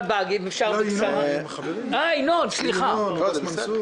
בבקשה, חבר הכנסת ינון אזולאי.